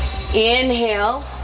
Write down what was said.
inhale